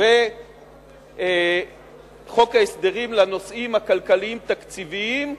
חוק ההסדרים לנושאים הכלכליים-תקציביים,